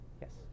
Yes